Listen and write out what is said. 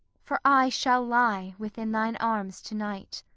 for i shall lie within thine arms to-night.